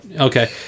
Okay